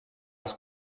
els